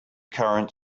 current